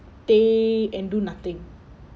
stay and do nothing